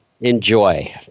enjoy